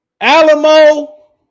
Alamo